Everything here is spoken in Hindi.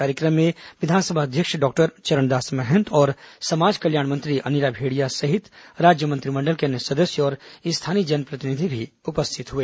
कार्यक्रम में विधानसभा अध्यक्ष डॉक्टर चरणदास महंत और समाज कल्याण मंत्री अनिला भेंडिया सहित राज्य मंत्रिमंडल के अन्य सदस्य और स्थानीय जनप्रतिनिधि भी उपस्थित हुए